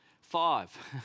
Five